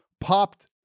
Popped